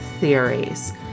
theories